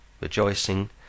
rejoicing